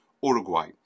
Uruguay